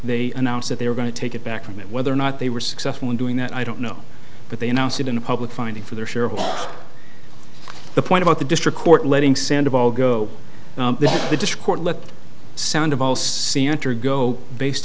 they announced that they were going to take it back from it whether or not they were successful in doing that i don't know but they announced it in a public finding for their share of the point about the district court letting sand of all go